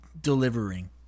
delivering